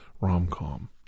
rom-com